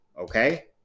Okay